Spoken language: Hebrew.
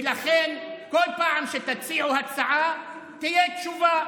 ולכן, כל פעם שתציעו הצעה תהיה תשובה.